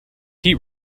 heat